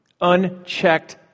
Unchecked